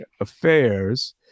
affairs